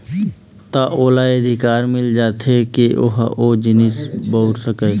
त ओला ये अधिकार मिल जाथे के ओहा ओ जिनिस बउर सकय